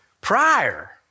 prior